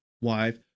wife